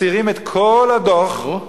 מסתירים את כל הדוח,